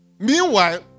Meanwhile